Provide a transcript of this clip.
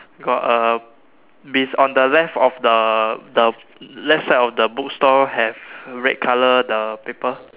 got a be~ on the left of the the left side of the book store have red colour the paper